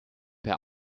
per